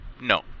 No